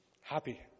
happy